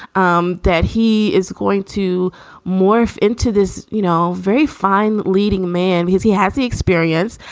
um that he is going to morph into this, you know, very fine leading man. he's he has the experience.